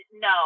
no